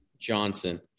Johnson